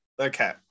Okay